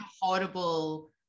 horrible